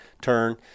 turn